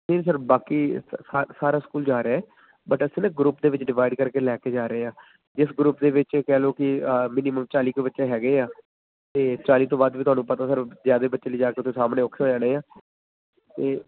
ਜੀ ਸਰ ਬਾਕੀ ਸਾਰਾ ਸਕੂਲ ਜਾ ਰਿਹਾ ਹੈ ਬਟ ਅਸਲ ਇਹ ਗਰੁੱਪ ਦੇ ਵਿੱਚ ਡਿਵਾਈਡ ਕਰਕੇ ਲੈ ਕੇ ਜਾ ਰਹੇ ਆ ਜਿਸ ਗਰੁੱਪ ਦੇ ਵਿੱਚ ਕਹਿ ਲਓ ਕਿ ਮਿਨੀਮਮ ਚਾਲੀ ਕੁ ਬੱਚੇ ਹੈਗੇ ਆ ਅਤੇ ਚਾਲੀ ਤੋਂ ਵੱਧ ਵੀ ਤੁਹਾਨੂੰ ਪਤਾ ਸਰ ਜ਼ਿਆਦੇ ਬੱਚੇ ਲਿਜਾ ਕੇ ਉੱਥੇ ਸਾਂਭਣੇ ਔਖੇ ਹੋ ਜਾਣੇ ਆ ਅਤੇ